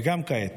וגם כעת.